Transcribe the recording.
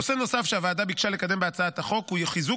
נושא נוסף שהוועדה ביקשה לקדם בהצעת החוק הוא חיזוק